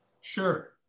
sure